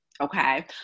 okay